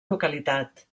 localitat